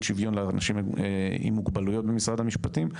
שוויון לאנשים עם מוגבלויות במשרד המשפטים,